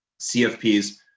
CFPs